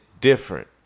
different